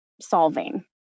solving